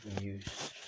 use